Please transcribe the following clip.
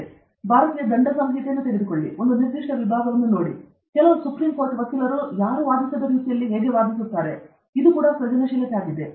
ಅಥವಾ ಭಾರತೀಯ ದಂಡ ಸಂಹಿತೆಯನ್ನು ತೆಗೆದುಕೊಳ್ಳಿ ಒಂದು ನಿರ್ದಿಷ್ಟ ವಿಭಾಗವನ್ನು ತೆಗೆದುಕೊಳ್ಳಿ ಕೆಲವು ಸುಪ್ರೀಂ ಕೋರ್ಟ್ ವಕೀಲರು ಅದನ್ನು ಯಾರೂ ವಾದಿಸದ ರೀತಿಯಲ್ಲಿ ವಾದಿಸುತ್ತಾರೆ ಇದು ಸೃಜನಶೀಲತೆ ಕೂಡ ಆಗಿದೆ